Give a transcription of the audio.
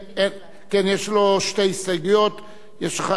יש לך חמש דקות לדבר בהן כי הן לאותו סעיף.